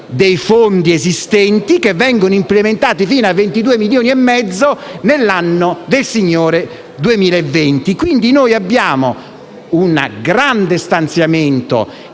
dei fondi esistenti, che vengono implementati fino a 22,5 milioni di euro nell'anno del signore 2020. Quindi noi abbiamo un grande stanziamento